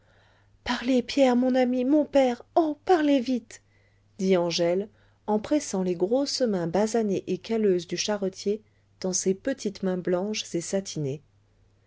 parlez pierre mon ami mon père oh parlez vite dit angèle en pressant les grosses mains basanées et calleuses du charretier dans ses petites mains blanches et satinées